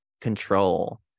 control